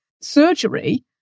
surgery